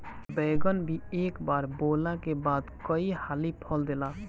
बैगन भी एक बार बोअला के बाद कई हाली फल देला